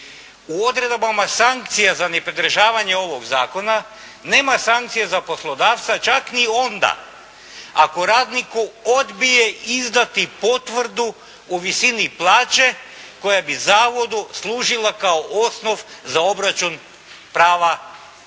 U odredbama sankcije za nepridržavanje ovog zakona nema sankcije za poslodavca čak ni onda ako radniku odbije izdati potvrdu u visini plaće koja bi zavodu služila kao osnov za obračun prava na